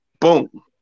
Boom